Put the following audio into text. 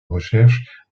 recherche